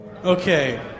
Okay